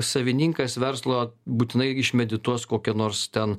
savininkas verslo būtinai išmedituos kokia nors ten